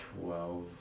Twelve